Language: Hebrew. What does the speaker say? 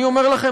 אני אומר לכם,